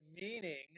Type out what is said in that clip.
meaning